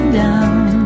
down